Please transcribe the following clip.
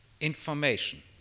information